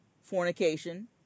Fornication